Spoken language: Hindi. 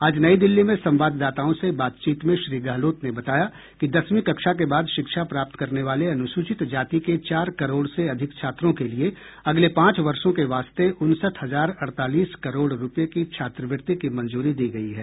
आज नई दिल्ली में संवाददाताओं से बातचीत में श्री गहलोत ने बताया कि दसवीं कक्षा के बाद शिक्षा प्राप्त करने वाले अनुसूचित जाति के चार करोड़ से अधिक छात्रों के लिए अगले पांच वर्षों के वास्ते उनसठ हजार अड़तालीस करोड़ रुपये की छात्रवृत्ति की मंजूरी दी गयी है